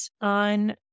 on